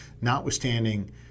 notwithstanding